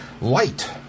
Light